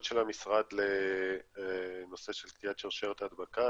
של המשרד לנושא של קטיעת שרשרת ההדבקה.